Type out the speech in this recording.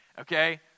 Okay